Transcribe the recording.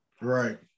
Right